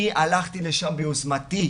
ואני הלכתי לשם ביוזמתי,